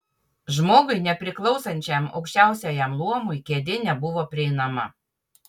žmogui nepriklausančiam aukščiausiajam luomui kėdė nebuvo prieinama